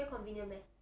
very convenient meh